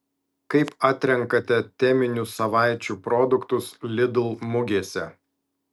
kaip atrenkate teminių savaičių produktus lidl mugėse